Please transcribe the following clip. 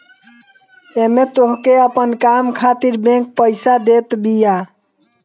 एमे तोहके अपन काम खातिर बैंक पईसा देत बिया